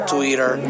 Twitter